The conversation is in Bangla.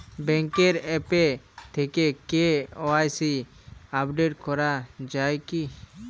ব্যাঙ্কের আ্যপ থেকে কে.ওয়াই.সি আপডেট করা যায় কি?